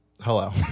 hello